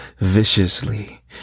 viciously